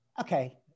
okay